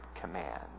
Command